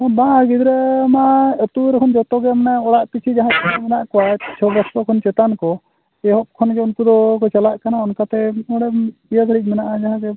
ᱢᱤᱫ ᱵᱟᱨ ᱜᱤᱫᱽᱨᱟᱹ ᱢᱟ ᱟᱛᱳ ᱨᱮ ᱦᱚᱸ ᱡᱚᱛᱚ ᱜᱮ ᱚᱲᱟᱜ ᱯᱤᱪᱷᱩ ᱢᱮᱱᱟᱜ ᱠᱚᱣᱟ ᱪᱷᱚ ᱵᱚᱨᱥᱚ ᱠᱷᱚᱱ ᱪᱮᱛᱟᱱ ᱠᱚ ᱮᱦᱚᱵ ᱠᱷᱚᱱ ᱜᱮ ᱩᱱᱠᱩ ᱫᱚᱠᱚ ᱪᱟᱞᱟᱜ ᱠᱟᱱᱟ ᱚᱱᱠᱟᱛᱮ ᱢᱚᱬᱮ ᱤᱭᱟᱹ ᱫᱷᱟᱹᱨᱤᱡ ᱢᱮᱱᱟᱜᱼᱟ ᱡᱟᱦᱟᱸ ᱜᱮ